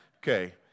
Okay